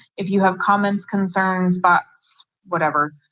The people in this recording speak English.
if you have comments, concerns, thoughts, whatever,